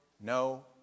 no